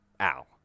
Ow